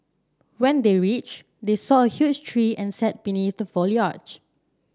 when they reached they saw a huge tree and sat beneath the foliage